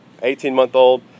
18-month-old